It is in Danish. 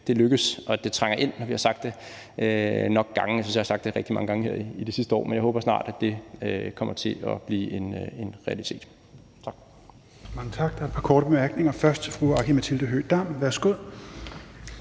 dag lykkes, og at det trænger ind, når vi har sagt det nok gange. Jeg synes, jeg har sagt det rigtig mange gange her i det sidste år, og jeg håber, at det snart kommer til at blive en realitet. Tak.